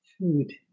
food